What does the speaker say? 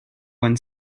when